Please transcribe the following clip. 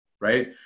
Right